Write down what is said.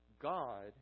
God